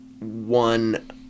one